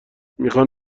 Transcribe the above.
میخوان